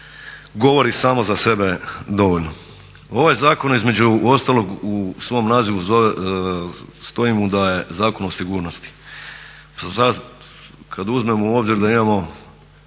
govori samo za sebe dovoljno. Ovaj zakon između ostalog u svom nazivu stoji mu da je zakon o sigurnosti, sad kad uzmemo u obzir da imamo